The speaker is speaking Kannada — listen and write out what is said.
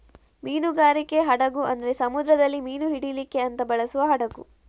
ಮೀನುಗಾರಿಕೆ ಹಡಗು ಅಂದ್ರೆ ಸಮುದ್ರದಲ್ಲಿ ಮೀನು ಹಿಡೀಲಿಕ್ಕೆ ಅಂತ ಬಳಸುವ ಹಡಗು